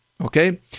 Okay